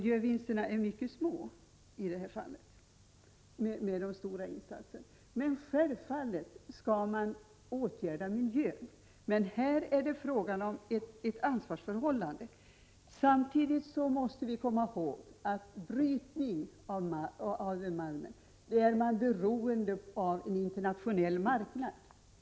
Det anses att miljövinsterna av dessa stora insatser är mycket små. Självfallet skall man åtgärda miljön, men här är det fråga om ett ansvarsförhållande. Samtidigt måste vi komma ihåg att man när det gäller brytning av malm är beroende av internationell marknad.